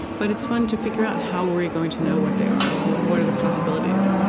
but it's fun to figure out how are we going to know what they are? what what are the possibilities?